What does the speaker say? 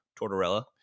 Tortorella